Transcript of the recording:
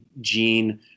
Gene